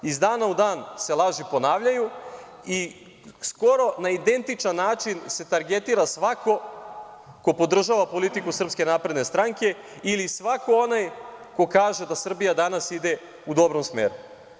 Iz dana u dan se laži ponavljaju i skoro na identičan način se targetira svako ko podržava politiku SNS ili svako onaj ko kaže da Srbija danas ide u dobrom smeru.